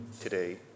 today